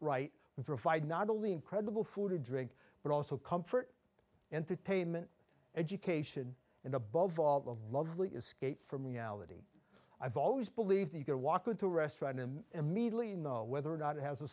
right we provide not only incredible food or drink but also comfort entertainment education and above all the lovely escape from reality i've always believed you could walk into a restaurant and immediately know whether or not it has a